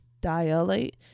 dilate